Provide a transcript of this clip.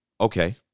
Okay